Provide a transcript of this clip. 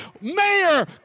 mayor